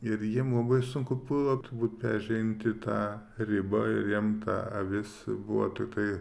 ir jiem labai sunku buvo turbūt peržengti tą ribą ir jiem ta avis buvo tiktai